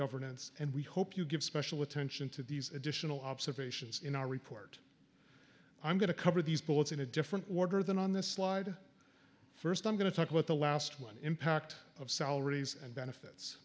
governance and we hope you give special attention to these additional observations in our report i'm going to cover these bullets in a different order than on this slide first i'm going to talk about the last one impact of salaries and benefits